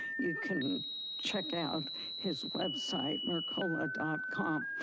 you can check out his website, mercola com.